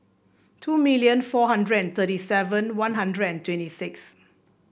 two million four hundred and thirty seven One Hundred and twenty six